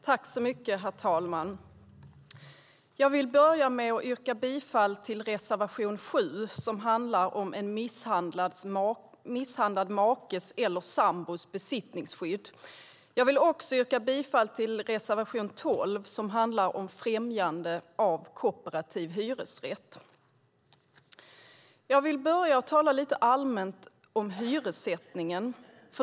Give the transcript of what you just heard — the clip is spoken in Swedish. Herr talman! Jag vill börja med att yrka bifall till reservation 7, som handlar om en misshandlad makes eller sambos besittningsskydd. Jag yrkar också bifall till reservation 12, som handlar om främjande av kooperativ hyresrätt. Jag ska tala lite allmänt om hyressättningen.